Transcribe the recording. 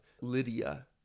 Lydia